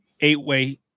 eight-way